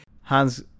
Hans